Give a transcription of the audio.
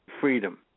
freedom